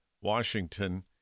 Washington